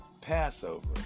Passover